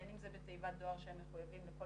בין אם זה בתיבת דואר שהם מחויבים לכל